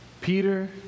Peter